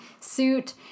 suit